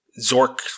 Zork